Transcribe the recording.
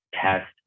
test